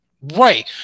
Right